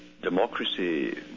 democracy